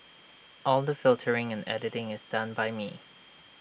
all the filtering and editing is done by me